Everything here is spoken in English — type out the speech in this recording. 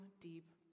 deep